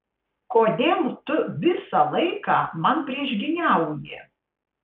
kodėl tu visą laiką man priešgyniauji